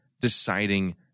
deciding